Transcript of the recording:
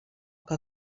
que